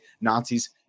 Nazis